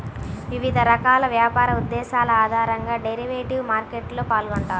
వివిధ రకాల వ్యాపార ఉద్దేశాల ఆధారంగా డెరివేటివ్ మార్కెట్లో పాల్గొంటారు